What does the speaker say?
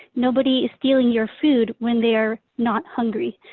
nobody is stealing your food when they're not hungry.